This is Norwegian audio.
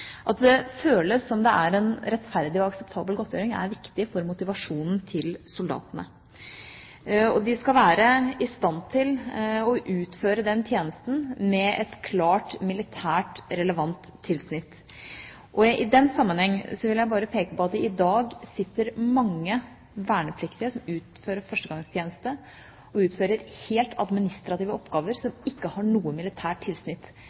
At det føles som det er en rettferdig og akseptabel godtgjøring, er viktig for motivasjonen til soldatene. De skal være i stand til å utføre den tjenesten, med et klart militært relevant tilsnitt. I den sammenheng vil jeg bare peke på at i dag sitter mange vernepliktige som avtjener førstegangstjeneste, og utfører helt administrative oppgaver som ikke har noe militært tilsnitt